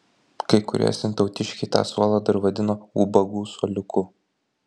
kai kurie sintautiškiai tą suolą dar vadino ubagų suoliuku